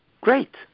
Great